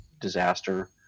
disaster